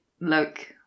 look